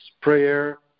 Prayer